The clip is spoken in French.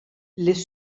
les